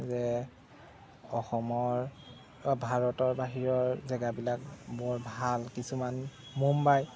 যে অসমৰ ভাৰতৰ বাহিৰৰ জেগাবিলাক বৰ ভাল কিছুমান মুম্বাই